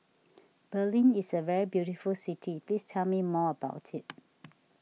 Berlin is a very beautiful city please tell me more about it